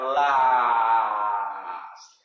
last